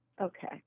Okay